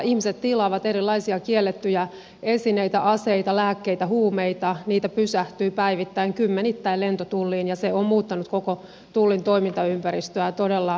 ihmiset tilaavat erilaisia kiellettyjä esineitä aseita lääkkeitä huumeita niitä pysähtyy päivittäin kymmenittäin lentotulliin ja se on muuttanut koko tullin toimintaympäristöä todella voimakkaasti